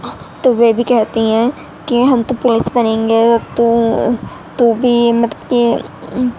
تو وہ بھی کہتی ہیں کہ ہم تو پولس بنیں گے تو تو بھی مطلب کہ